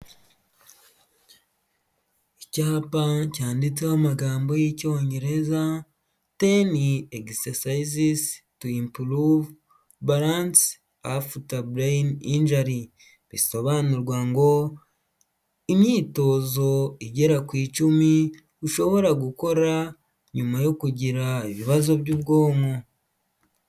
Icyapa cyanditseho amagambo y'icyongereza, ten exercises to Improve Balance After Brain Injury, bisobanurwa ngo, imyitozo igera ku icumi ushobora gukora nyuma yo kugira ibibazo by'ubwonko.